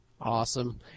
Awesome